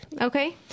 Okay